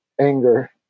anger